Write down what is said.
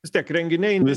vis tiek renginiai